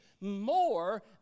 more